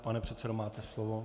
Pane předsedo, máte slovo.